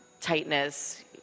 tightness